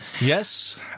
Yes